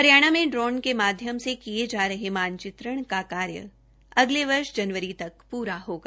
हरियाणा में ड्रोन के माध्यम से किए जा रहो मानचित्रण का कार्य अगले वर्ष जनवरी तक प्ररा होगा